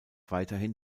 weiterhin